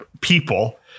people